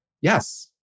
Yes